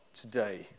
today